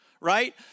right